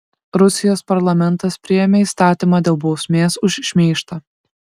rusijos parlamentas priėmė įstatymą dėl bausmės už šmeižtą